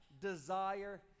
desire